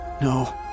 No